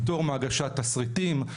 פטור מהגשת תשריטים,